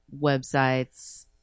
websites